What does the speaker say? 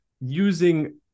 using